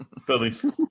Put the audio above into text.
Phillies